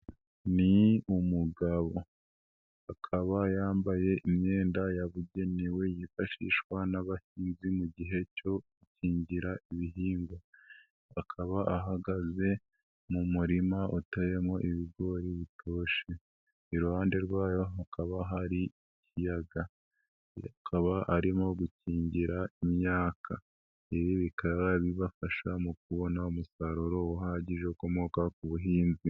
Ni umugabo akaba yambaye imyenda yabugenewe yifashishwa n'abahinzi mu gihe cyo guKingira ibihingwa. Akaba ahagaze mu murima utayemo ibigori bitoshe, iruhande rwayo hakaba hari ikiyaga ,akaba arimo gukingira imyaka. Ibi bikaba bibafasha mu kubona umusaruro uhagije ukomoka ku buhinzi.